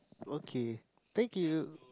okay thank you